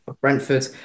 Brentford